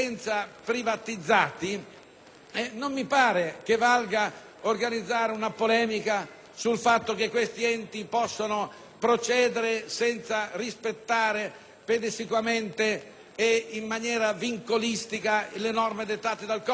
Non mi sembra che valga organizzare una polemica sul fatto che tali enti possano procedere senza rispettare pedissequamente ed in maniera vincolistica le norme dettate dal codice perché non sono enti pubblici.